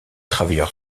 travailleur